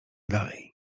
dalej